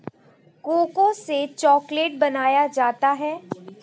cocoa से chocolate बनाया जाता है